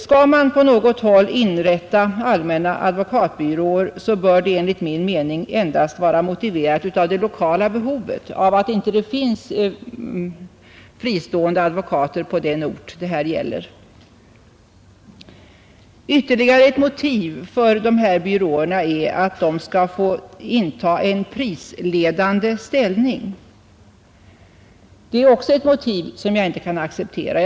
Skall man på något håll inrätta allmänna advokatbyråer, bör det enligt min mening endast vara motiverat av det lokala behovet, alltså av att det inte finns fristående advokater på den ort det gäller. Ytterligare ett motiv för sådana byråer är att de skall få inta en prisledande ställning, Också det är ett motiv som jag inte kan acceptera.